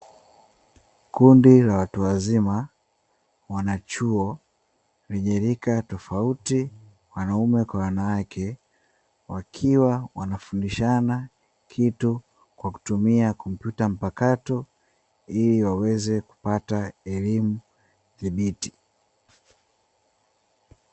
Kundi la watu wazima wanachuo wenye rika tofauti wanaume kwa wanawake, wakiwa wanafundishana kitu kwa kutumia kompyuta mpakato ili waweze kupata elimu thibiti.